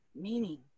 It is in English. meaning